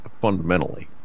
fundamentally